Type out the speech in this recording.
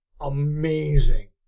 amazing